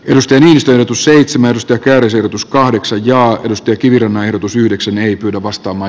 edustajisto seitsemästä kärkisijoitus kahdeksan ja edusti kivilinna erotus yhdeksän ei pyydä vasta oma